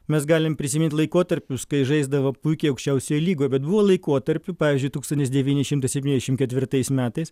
mes galim prisimint laikotarpius kai žaisdavo puikiai aukščiausioje lygoj bet buvo laikotarpių pavyzdžiui tūkstantis devyni šimtai septyniasdešimt ketvirtais metais